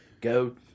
go